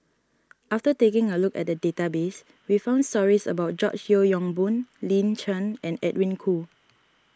after taking a look at the database we found stories about George Yeo Yong Boon Lin Chen and Edwin Koo